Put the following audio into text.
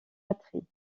patrie